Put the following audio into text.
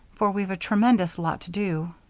for we've a tremendous lot to do.